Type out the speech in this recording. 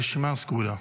הרשימה סגורה.